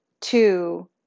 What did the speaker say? two